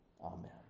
amen